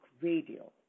radio